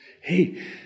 Hey